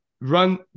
run